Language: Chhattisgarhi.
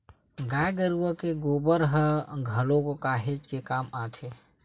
गाय गरुवा के गोबर ह घलोक काहेच के काम आथे